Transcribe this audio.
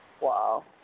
Wow